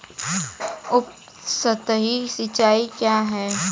उपसतही सिंचाई क्या है?